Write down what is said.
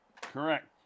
Correct